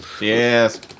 Yes